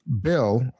bill